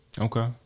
okay